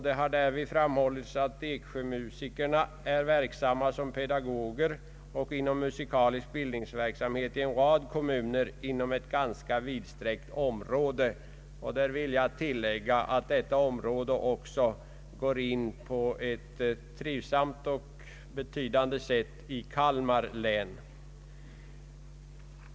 Det har därvid framhållits att Eksjömusikerna är verksamma som pedagoger och inom musikalisk bildningsverksamhet i en rad kommuner i ett ganska vidsträckt område. Jag vill tillägga att området också omfattar en del av Kalmar län, något som invånarna där funnit trivsamt och betydelsefullt.